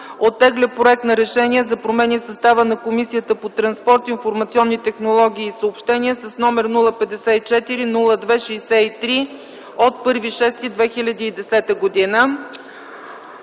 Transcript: оттегля проект на решение за промени в състава на Комисията по транспорт, информационни технологии и съобщения, № 054-02-63, от 01.06.2010 г.